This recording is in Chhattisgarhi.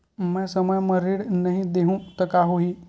मैं समय म ऋण नहीं देहु त का होही